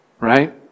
right